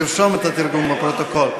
אוקיי, אנחנו נרשום את התרגום בפרוטוקול.